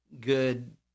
good